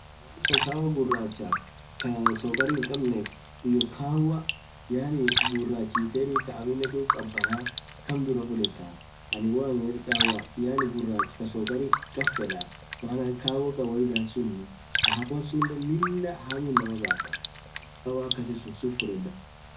woo amtan kahawa gurachaf hiyo Kaa sokarii hinkhabnef hiyo kahawa gurach hithein aminen dhub khabaana kamm dhurah fudhethaa anin won yedhe kahawa yaani gurach khaa sokari khaab fedhaa maan kahawa kawaidan suuni kahawa sunen Lilah hamu inamaa basaaa dhub kahawa akasisun sunn fudhedha